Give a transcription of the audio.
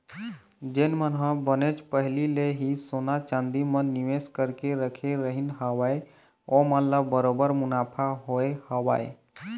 जेन मन ह बनेच पहिली ले ही सोना चांदी म निवेस करके रखे रहिन हवय ओमन ल बरोबर मुनाफा होय हवय